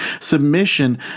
Submission